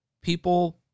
people